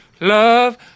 Love